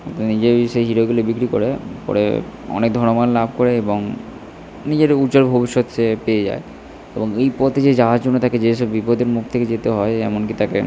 নিজেই সেই হীরেগুলো বিক্রি করে পরে অনেক ধনবান লাভ করে এবং নিজের একটা উজ্জ্বল ভবিষ্যৎ সে পেয়ে যায় এবং এই পথে যে যাওয়ার জন্য তাকে যেসব বিপদের মুখ থেকে যেতে হয় এমন কি তাকে